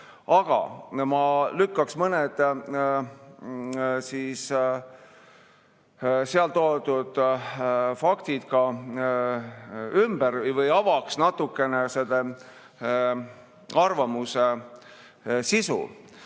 Ma lükkaksin mõned seal toodud faktid ümber või avaksin natukene selle arvamuse sisu.